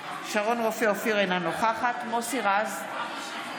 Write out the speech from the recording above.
שרון רופא אופיר, אינה נוכחת מוסי רז,